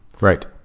Right